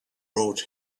brought